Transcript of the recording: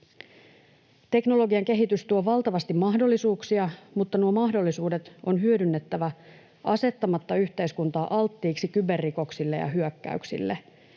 Teknologian kehitys tuo valtavasti mahdollisuuksia, mutta nuo mahdollisuudet on hyödynnettävä asettamatta yhteiskuntaa alttiiksi kyberrikoksille ja ‑hyökkäyksille.